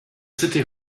city